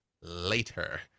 later